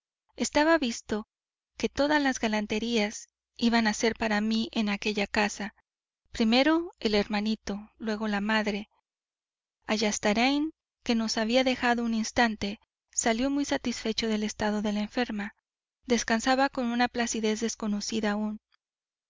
estaba visto que todas las galanterías iban a ser para mí en aquella casa primero el hermanito luego la madre ayestarain que nos había dejado un instante salió muy satisfecho del estado de la enferma descansaba con una placidez desconocida aún